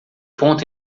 ponto